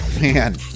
Man